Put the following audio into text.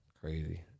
Crazy